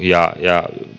ja